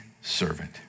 servant